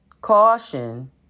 caution